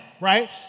right